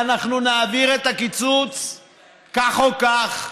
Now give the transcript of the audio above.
ואנחנו נעביר את הקיצוץ כך או כך.